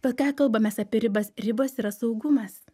bet ką kalbamės apie ribas ribos yra saugumas